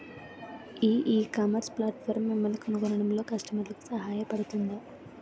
ఈ ecommerce platform మిమ్మల్ని కనుగొనడంలో కస్టమర్లకు సహాయపడుతుందా?